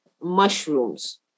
mushrooms